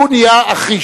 הוא נהיה אחי.